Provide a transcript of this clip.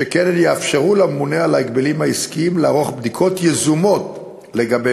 שכן הן יאפשרו לממונה על ההגבלים העסקיים לערוך בדיקות יזומות לגבי